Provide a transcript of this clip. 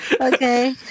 Okay